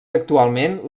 actualment